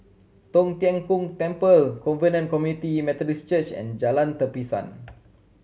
Tong Tien Kung Temple Covenant Community Methodist Church and Jalan Tapisan